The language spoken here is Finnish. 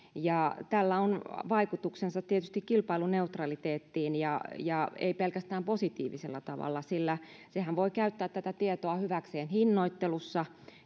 ja tällä on vaikutuksensa tietysti kilpailuneutraliteettiin ja ja ei pelkästään positiivisella tavalla sillä sehän voi käyttää tätä tietoa hyväkseen hinnoittelussa